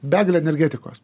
begalę energetikos